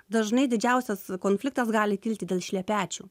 dažnai didžiausias konfliktas gali kilti dėl šlepečių